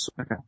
Okay